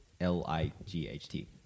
L-I-G-H-T